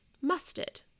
mustard